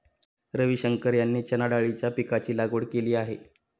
रविशंकर यांनी चणाडाळीच्या पीकाची लागवड केली आहे